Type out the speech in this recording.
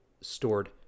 stored